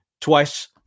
twice